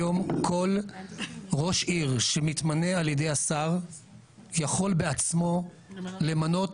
היום כל ראש עיר שמתמנה על ידי השר יכול בעצמו למנות